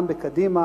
גם בקדימה,